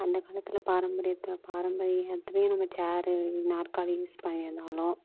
அந்த காலத்தில் பாரம்பரியத்தில் பாரம்பரியத்திலேயே நம்ம ச்சேரு நாற்காலி யூஸ் பண்ணியிருந்தாலும்